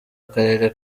akarere